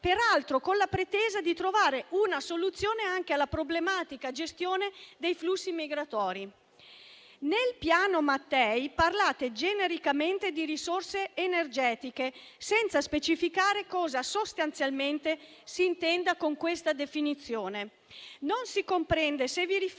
peraltro con la pretesa di trovare una soluzione anche alla problematica gestione dei flussi migratori. Nel Piano Mattei parlate genericamente di risorse energetiche senza specificare cosa sostanzialmente si intenda con questa definizione. Non si comprende se vi riferite